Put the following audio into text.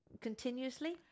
continuously